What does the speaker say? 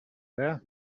there